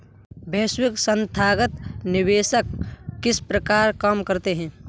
वैश्विक संथागत निवेशक किस प्रकार काम करते हैं?